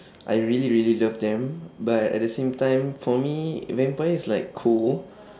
I really really love them but at the same time for me vampire is like cool